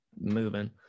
moving